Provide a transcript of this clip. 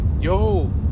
yo